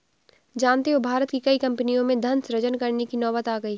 जानते हो भारत की कई कम्पनियों में धन सृजन करने की नौबत आ गई है